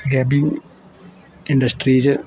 gaming industry च